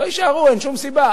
לא יישארו, אין שום סיבה.